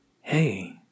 Hey